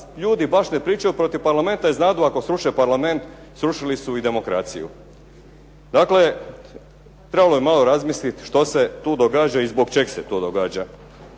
ljudi baš ne pričaju protiv parlamenta, jer znadu ako sruše parlament srušili su i demokraciju. Dakle, trebalo bi malo razmislit što se tu događa i zbog čeg se to događa.